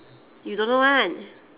you don't know [one]